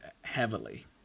heavily